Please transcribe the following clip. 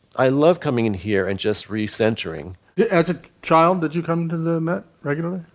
i love coming in here and just re centering yeah as a child did you come to the met regularly.